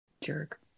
Jerk